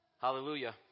Hallelujah